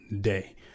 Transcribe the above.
day